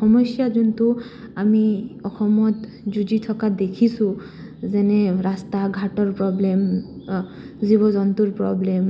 সমস্যা যোনটো আমি অসমত জুঁজি থকা দেখিছোঁ যেনে ৰাস্তা ঘাটৰ প্ৰব্লেম জীৱ জন্তুৰ প্ৰব্লেম